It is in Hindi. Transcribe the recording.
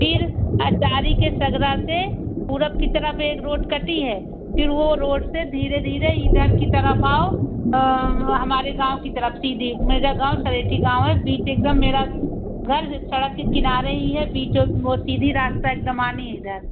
फिर अचारी के सगरा से पूर्व की तरफ एक रोड कटी है फिर वह रोड से धीरे धीरे इधर की तरफ आओ वह हमारे गाँव की तरफ सीधे मिर्ज़ा गाँव सरेठी गाँव है बीच एक दम मेरा घर जो सड़क के किनारे ही है बीचो वह सीधा रास्ता एक दम आना है इधर